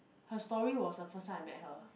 her story was the first time I met her